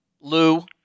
Lou